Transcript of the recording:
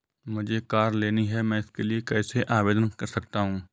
मुझे कार लेनी है मैं इसके लिए कैसे आवेदन कर सकता हूँ?